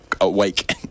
awake